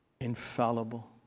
infallible